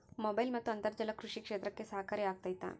Mobile ಮತ್ತು ಅಂತರ್ಜಾಲ ಕೃಷಿ ಕ್ಷೇತ್ರಕ್ಕೆ ಸಹಕಾರಿ ಆಗ್ತೈತಾ?